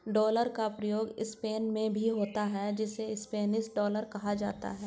dollar का प्रयोग Spain में भी होता है जिसे स्पेनिश डॉलर कहा जाता है